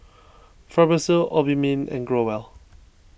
Fibrosol Obimin and Growell